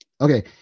Okay